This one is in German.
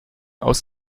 aus